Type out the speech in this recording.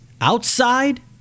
outside